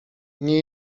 nie